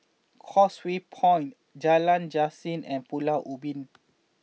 Causeway Point Jalan Yasin and Pulau Ubin